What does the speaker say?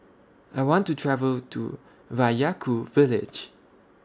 I want to travel to Vaiaku Village